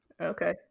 Okay